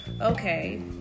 okay